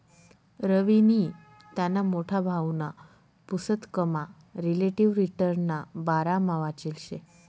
रवीनी त्याना मोठा भाऊना पुसतकमा रिलेटिव्ह रिटर्नना बारामा वाचेल शे